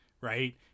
right